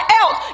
else